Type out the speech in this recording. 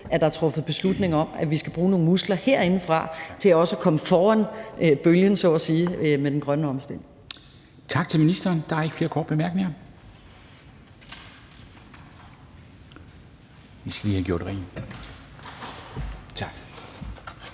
at der er truffet beslutninger om, at vi skal bruge nogle muskler herindefra til også at komme foran bølgen, så at sige, med den grønne omstilling.